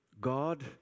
God